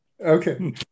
Okay